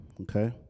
okay